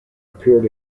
appeared